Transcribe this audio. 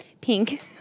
Pink